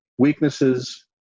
weaknesses